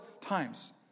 times